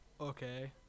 Okay